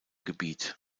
gebiet